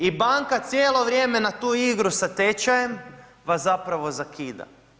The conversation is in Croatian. I banka cijelo vrijeme na tu igru sa tečajem vas zapravo zakida.